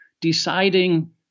deciding